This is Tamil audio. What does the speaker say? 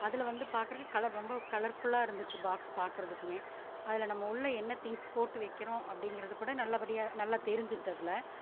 அதில் வந்து பார்க்கறக்கு கலர் ரொம்ப கலர்ஃபுல்லாக இருந்துச்சு பாக்ஸ் பார்க்கறதுக்குமே அதில் நம்ம உள்ள என்ன திங்க்ஸ் போட்டு வைக்கறோம் அப்படிங்கறது கூட நல்லபடியாக நல்லா தெரிஞ்சிச்சு அதில்